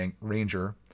ranger